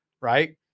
right